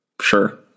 Sure